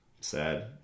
sad